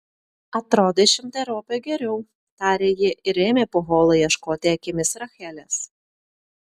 atrodai šimteriopai geriau tarė ji ir ėmė po holą ieškoti akimis rachelės